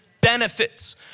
benefits